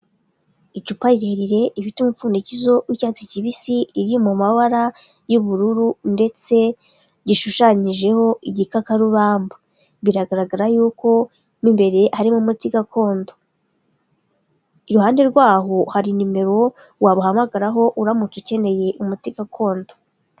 Icupa rirerire rifite umupfundikizo w'icyatsi kibisi, riri mu mabara y'ubururu ndetse gishushanyijeho igikakarubamba biragaragara yuko imbere harimo gakondo, iruhande rwaho hari nimero wabahamagaraho uramutse ukeneye umuti gakondo.